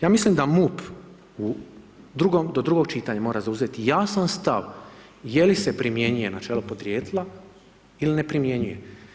Ja mislim da MUP do drugog čitanja mora zauzeti jasan stav je li se primjenjuje načelo podrijetla ili ne primjenjuje.